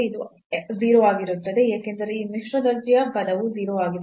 ಇದು 0 ಆಗಿರುತ್ತದೆ ಏಕೆಂದರೆ ಈ ಮಿಶ್ರ ದರ್ಜೆಯ ಪದವು 0 ಆಗಿದೆ